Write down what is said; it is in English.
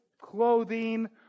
clothing